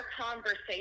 conversation